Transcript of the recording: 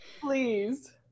Please